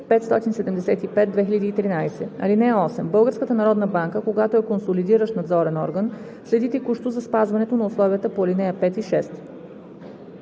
(8) Българската народна банка, когато е консолидиращ надзорен орган, следи текущо за спазването на условията по ал. 5 и 6.